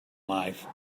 life